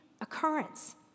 occurrence